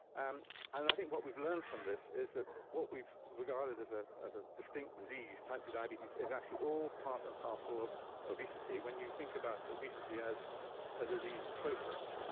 um and i think what we've learnt from this is ah what we've regarded as ah as a distinct disease, type two diabetes, is actually all part and parcel of obesity when you think about obesity as a disease process, and